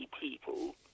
people